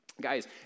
Guys